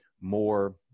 more